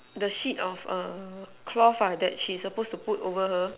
the sheet of uh cloth ah that she's suppose to put over her